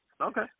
Okay